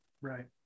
Right